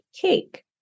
cake